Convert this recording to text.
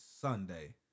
Sunday